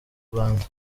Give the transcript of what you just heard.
rwanda